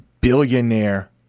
billionaire